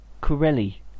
Corelli